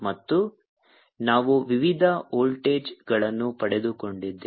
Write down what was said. ಮತ್ತು ನಾವು ವಿವಿಧ ವೋಲ್ಟೇಜ್ಗಳನ್ನು ಪಡೆದುಕೊಂಡಿದ್ದೇವೆ